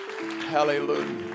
Hallelujah